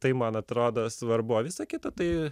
tai man atrodo svarbu o visa kita tai